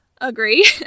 Agree